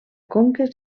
conques